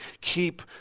keep